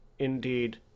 indeed